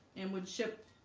and would ship